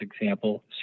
example